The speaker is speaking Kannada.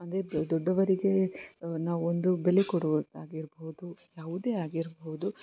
ಅಂದರೆ ದೊಡ್ಡವರಿಗೆ ನಾವು ಒಂದು ಬೆಲೆ ಕೊಡುವುದಾಗಿರ್ಭೌದು ಯಾವುದೇ ಆಗಿರ್ಭೌದು